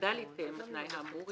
וחדל להתקיים התנאי האמור,